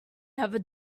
never